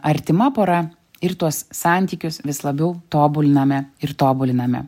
artima pora ir tuos santykius vis labiau tobuliname ir tobuliname